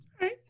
Right